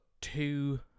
two